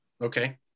Okay